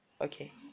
Okay